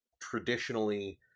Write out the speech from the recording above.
traditionally